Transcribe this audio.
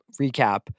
recap